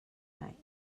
night